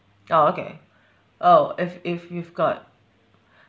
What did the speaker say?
oh okay oh if if you've got